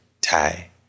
tie